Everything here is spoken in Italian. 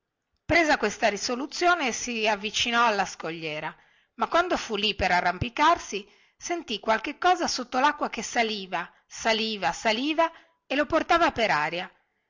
presa questa risoluzione si avvicinò alla scogliera ma quando fu lì per arrampicarsi sentì qualche cosa sotto lacqua che saliva saliva saliva e lo portava per aria